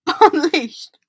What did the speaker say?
unleashed